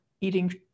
eating